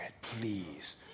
please